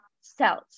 cells